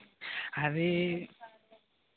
అదీ